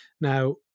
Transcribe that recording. now